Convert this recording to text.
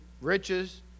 riches